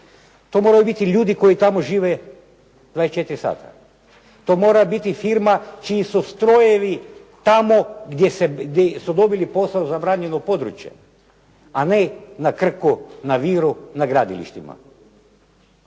To moraju biti ljudi koji tamo žive 24 sata. To mora biti firma čiji su strojevi tamo gdje su dobili posao zabranjeno područje, a ne na Krku, na Viru, na gradilištima.